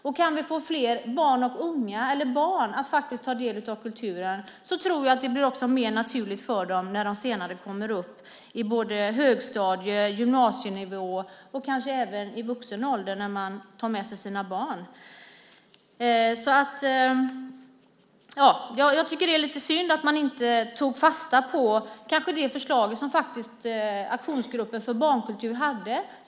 Och kan vi få fler barn att ta del av kulturen tror jag att det också blir mer naturligt för dem att göra det när de senare kommer upp på både högstadie och gymnasienivå och kanske även när de i vuxen ålder tar med sig sina barn. Jag tycker att det är lite synd att man inte tog fasta på det förslag som Aktionsgruppen för barnkultur hade.